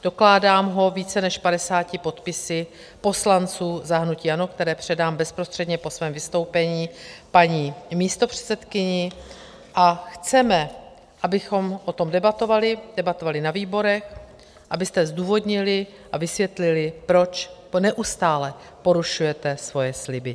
Dokládám ho více než 50 podpisy poslanců za hnutí ANO , které předám bezprostředně po svém vystoupení paní místopředsedkyni, a chceme, abychom o tom debatovali, debatovali na výborech, abyste zdůvodnili a vysvětlili, proč neustále porušujete svoje sliby.